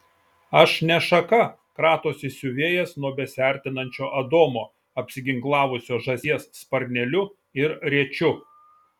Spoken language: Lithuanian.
aš ne šaka kratosi siuvėjas nuo besiartinančio adomo apsiginklavusio žąsies sparneliu ir rėčiu